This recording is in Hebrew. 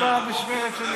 הפוך.